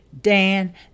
Dan